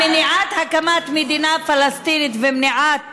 מניעת הקמת מדינה פלסטינית ומניעת